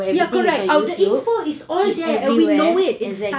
ya correct the info is all there and we know it it's